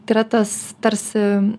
yra tas tarsi